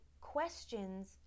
questions